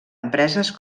empreses